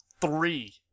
three